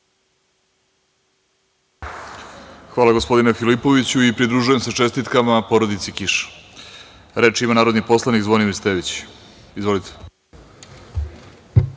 Hvala, gospodine Filipoviću. Pridružujem se čestitkama porodici Kiš. Reč ima narodni poslanik Zvonimir Stević. Izvolite.